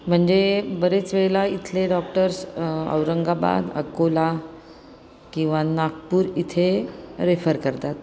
म्हणजे बरेच वेळेला इथले डॉक्टर्स औरंगाबाद अकोला किंवा नागपूर इथे रेफर करतात